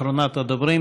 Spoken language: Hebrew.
אחרונת הדוברים,